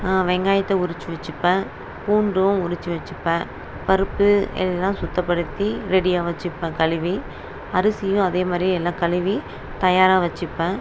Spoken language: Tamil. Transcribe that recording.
வெங்காயத்தை உரித்து வச்சுப்பேன் பூண்டும் உரித்து வச்சுப்பேன் பருப்பு எல்லாம் சுத்தப்படுத்தி ரெடியாக வச்சுப்பேன் கழுவி அரிசியும் அதே மாதிரி எல்லாம் கழுவி தயாராக வச்சுப்பேன்